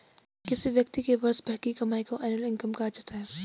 किसी व्यक्ति के वर्ष भर की कमाई को एनुअल इनकम कहा जाता है